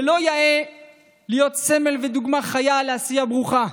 ולו יאה להיות סמל ודוגמה חיה לעשייה ברוכה.